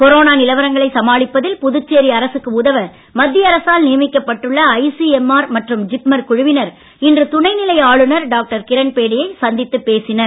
corona நிலவரங்களை சமாளிப்பதில் புதுச்சேரி அரசுக்கு உதவ மத்திய அரசால் நியமிக்கப்பட்டுள்ள ஐசிஎம்ஆர் மற்றும் ஜிப்மர் குழுவினர் இன்று துணைநிலை ஆளுநர் டாக்டர் கிரண்பேடியை சந்தித்து பேசினர்